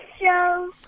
show